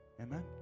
Amen